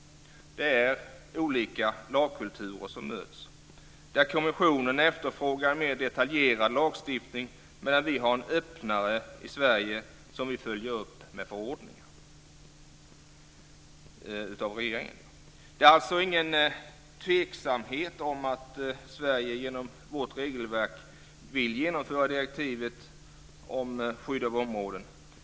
Det är olika lagkulturer som möts, där kommissionen efterfrågar en mer detaljerad lagstiftning medan vi har en öppnare i Sverige, som vi följer upp med förordningar av regeringen. Det råder alltså ingen tvekan om att vi i Sverige genom vårt regelverk vill genomföra direktivet om skydd av områden.